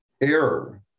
error